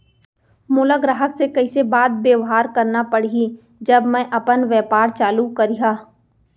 मोला ग्राहक से कइसे बात बेवहार करना पड़ही जब मैं अपन व्यापार चालू करिहा?